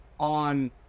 On